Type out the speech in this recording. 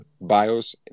bios